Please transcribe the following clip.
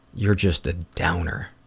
you're just a downer.